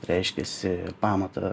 reiškiasi pamatą